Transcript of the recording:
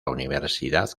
universidad